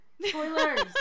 Spoilers